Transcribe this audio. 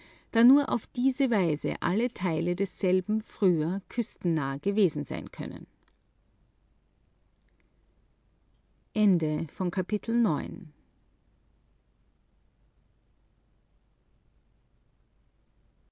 da nur auf diese weise alle teile desselben früher küstennah gewesen sein können